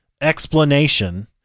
explanation